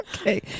okay